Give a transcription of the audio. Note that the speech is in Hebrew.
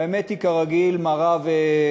והאמת היא, כרגיל, מרה וקשה: